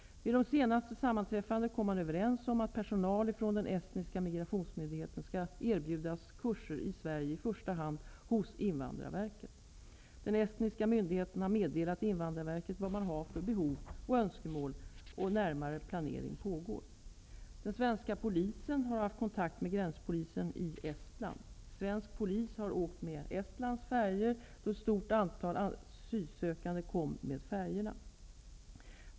Vid det senaste sammanträffandet kom man överens om att personal från den estniska migrationsmyndigheten skall erbjudas kurser i Sverige, i första hand hos Invandrarveket. Den estniska myndigheten har meddelat Invandrarverket vad man har för behov och önskemål, och närmare planering pågår. Den svenska polisen har haft kontakter med gränspolisen i Estland. Svensk polis har åkt med EstLines färjor, då ett stort antal asylsökande kom med färjorna.